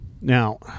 Now